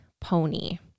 Pony